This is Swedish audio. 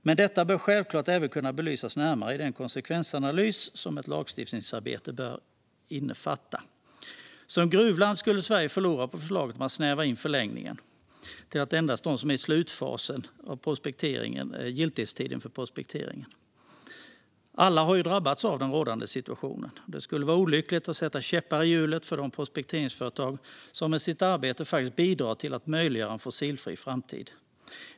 Men detta bör självklart även kunna belysas närmare i den konsekvensanalys som ett lagstiftningsarbete bör innefatta. Som gruvland skulle Sverige förlora på förslaget om att snäva in förlängningen till att gälla endast dem som är i slutfasen av giltighetstiden för prospektering. Alla har ju drabbats av den rådande situationen. Det skulle vara olyckligt att sätta käppar i hjulet för de prospekteringsföretag som med sitt arbete faktiskt bidrar till att möjliggöra en fossilfri framtid.